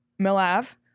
Milav